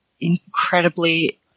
incredibly